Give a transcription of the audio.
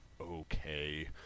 okay